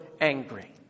angry